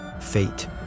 fate